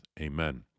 Amen